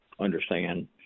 understand